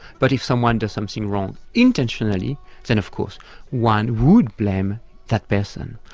but if someone does something wrong intentionally then of course one would blame that person.